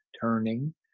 turning